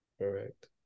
Correct